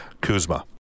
Kuzma